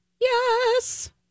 yes